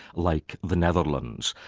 like the netherlands.